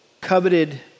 Coveted